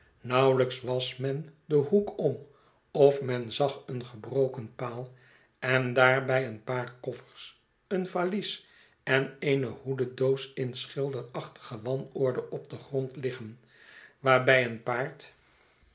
nauwelijks was men den hoek om of men zag een gebroken paal en daarbij een paar koffers een valies en eene hoededoos in schilderachtige wanorde op den grond liggen waarbij een paard